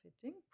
fitting